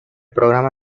programa